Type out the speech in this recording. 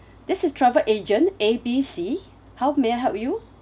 this is travel agent A B C how may I help you